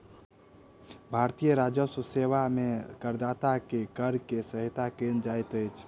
भारतीय राजस्व सेवा में करदाता के कर में सहायता कयल जाइत अछि